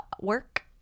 work